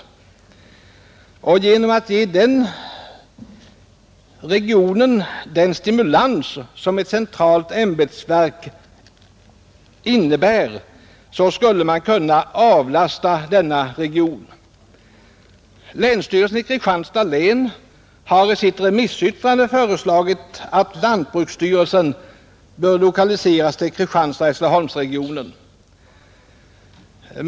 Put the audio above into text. Genom att ge den regionen den stimulans som lokalisering av ett centralt ämbetsverk innebär skulle man kunna avlasta Örestadsområdet. Länsstyrelsen i Kristianstads län har i sitt remissyttrande föreslagit att lantbruksstyrelsen lokaliseras till Kristianstad—Hässleholmsregionen.